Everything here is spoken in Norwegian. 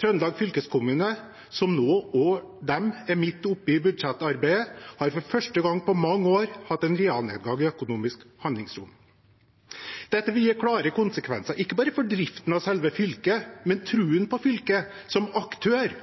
Trøndelag fylkeskommune, som også er midt oppi budsjettarbeidet nå, har for første gang på mange år hatt en realnedgang i økonomisk handlingsrom. Dette vil gi klare konsekvenser, ikke bare for driften av selve fylket, men for troen på fylket som aktør,